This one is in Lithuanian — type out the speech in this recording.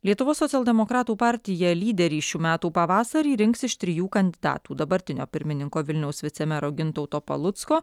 lietuvos socialdemokratų partija lyderį šių metų pavasarį rinks iš trijų kandidatų dabartinio pirmininko vilniaus vicemero gintauto palucko